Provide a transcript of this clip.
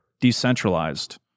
decentralized